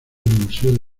museo